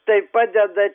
tai padeda